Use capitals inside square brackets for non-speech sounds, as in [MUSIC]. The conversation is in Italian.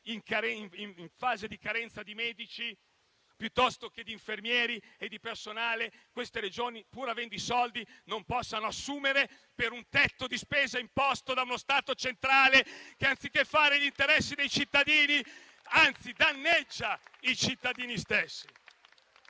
in fase di carenza di medici, di infermieri e di personale, queste Regioni, pur avendo i soldi, non possano assumere con un tetto di spesa imposto da uno Stato centrale che, anziché fare gli interessi dei cittadini, li danneggia. [APPLAUSE]